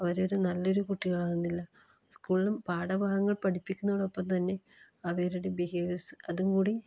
അവരൊരു നല്ലൊരു കുട്ടികൾ ആവുന്നില്ല സ്കൂളിൽ പാഠഭാഗങ്ങൾ പഠിപ്പിക്കുന്നതോടൊപ്പം തന്നെ അവരുടെ ബിഹേവിയേഴ്സ് അതും കൂടി